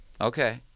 Okay